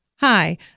Hi